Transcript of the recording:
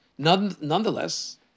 Nonetheless